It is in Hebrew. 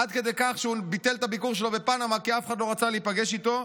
עד כדי כך שהוא ביטל את הביקור שלו בפנמה כי אף אחד לא רצה להיפגש איתו.